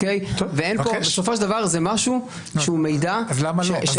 אז למה לא?